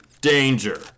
danger